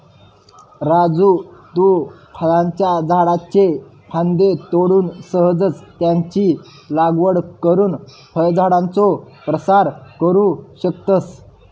राजू तु फळांच्या झाडाच्ये फांद्ये तोडून सहजच त्यांची लागवड करुन फळझाडांचो प्रसार करू शकतस